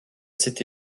cette